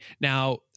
Now